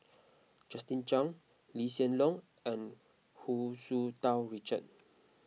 Justin Zhuang Lee Hsien Loong and Hu Tsu Tau Richard